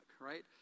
right